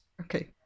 Okay